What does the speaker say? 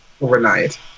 overnight